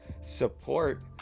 support